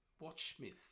WatchSmith